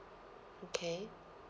okay